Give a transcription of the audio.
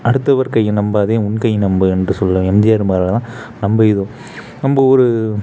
அடுத்தவர் கையை நம்பாதே உன் கை நம்புன்ட்டு சொல்கிற எம்ஜிஆர் மாதிரிலாம் நம்ம ஏதோ நம்ம ஒரு